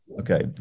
Okay